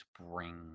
bring